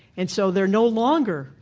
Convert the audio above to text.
and so they're no longer,